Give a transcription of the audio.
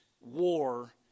war